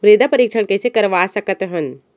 मृदा परीक्षण कइसे करवा सकत हन?